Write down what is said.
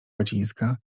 łacińska